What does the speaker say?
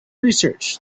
research